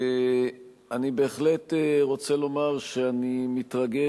אני בהחלט רוצה לומר שאני מתרגש.